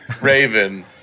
Raven